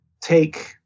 take